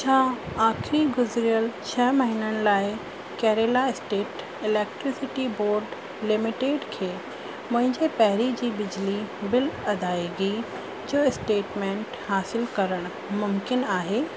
छा आख़िरी गुज़िरियलु छह महीननि लाइ Kerala state electricity board limited खे मुंहिंजे पहिरीं जी बिजली बिल अदाइगी जो स्टेटमेंट हासिलु करणु मुमकिनु आहे